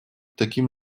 таким